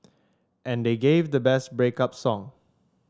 and they gave the best break up song